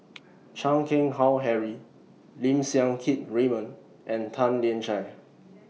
Chan Keng Howe Harry Lim Siang Keat Raymond and Tan Lian Chye